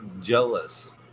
jealous